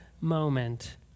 moment